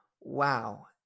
Wow